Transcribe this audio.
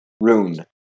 rune